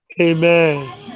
Amen